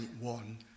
one